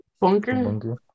bunker